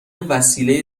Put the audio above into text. وسیله